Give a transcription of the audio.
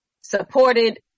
supported